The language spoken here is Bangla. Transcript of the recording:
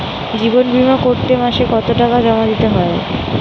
জীবন বিমা করতে মাসে কতো টাকা জমা দিতে হয়?